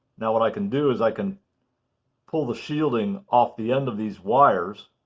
now what i can do is i can pull the shielding off the end of these wires,